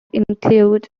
includes